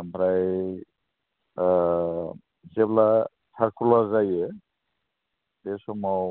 ओमफ्राय जेब्ला सारकुलार जायो बे समाव